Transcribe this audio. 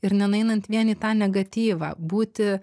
ir nenueinant vien į tą negatyvą būti